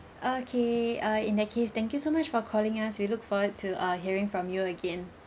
okay err in that case thank you so much for calling us we look forward to err hearing from you again